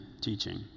teaching